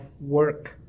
work